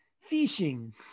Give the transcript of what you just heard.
fishing